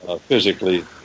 physically